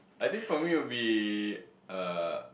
I think for me will be uh